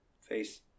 face